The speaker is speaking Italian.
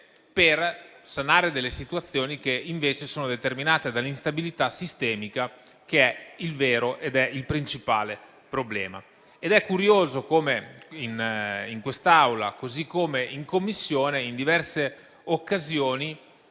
per sanare situazioni che invece sono determinate dall'instabilità sistemica, che è il vero ed è il principale problema. Ed è curioso come in quest'Aula così come in Commissione, in diverse occasioni,